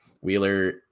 Wheeler